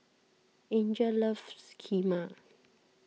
Angel loves Kheema